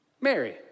Mary